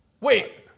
Wait